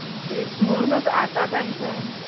ते म्हणूनचं आता त्यांचा